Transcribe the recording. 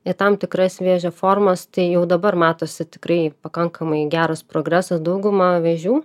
į tam tikras vėžio formas tai jau dabar matosi tikrai pakankamai geras progresas daugumą vėžių